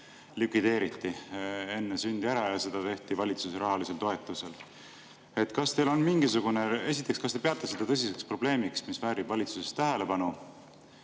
likvideeriti enne sündi ära ja seda tehti valitsuse rahalisel toetusel. Esiteks, kas te peate seda tõsiseks probleemiks, mis väärib valitsuse tähelepanu?